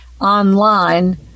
online